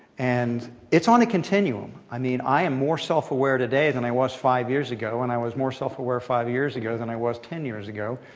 and it's on a continuum. i mean, i am more self-aware today than i was five years ago. and i was more self-aware five years ago than i was ten years ago.